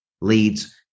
leads